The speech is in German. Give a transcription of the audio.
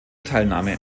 teilnahme